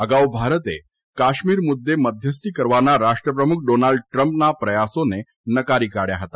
અગાઉ ભારતે કાશ્મીર મુદ્દે મધ્યસ્થી કરવાના રાષ્ટ્ર પ્રમુખ ડોનાલ્ડ ટ્રમ્પના પ્રયાસોને નકારી કાઢ્યા હતા